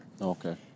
okay